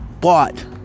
bought